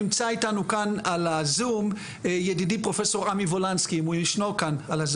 נמצאים בהחלט על סדר יומה של ות"ת ומל"ג שנים רבות.